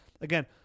Again